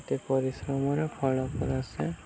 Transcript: ଗୋଟେ ପରିଶ୍ରମର ଫଳ ଆସେ